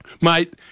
mate